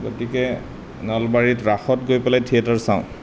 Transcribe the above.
গতিকে নলবাৰীত ৰাসত গৈ পেলাই থিয়েটাৰ চাওঁ